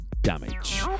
damage